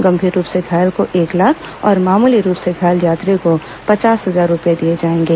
गंभीर रूप से घायल को एक लाख और मामूली रूप से घायल यात्रियों को पचास हजार रुपये दिये जाएंगे